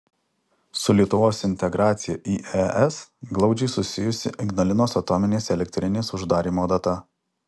su lietuvos integracija į es glaudžiai susijusi ignalinos atominės elektrinės uždarymo data